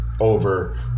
over